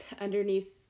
underneath